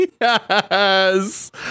Yes